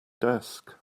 desk